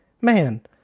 man